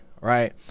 right